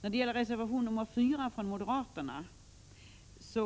Jag kommer så till reservation 4 från moderaterna. Det